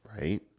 right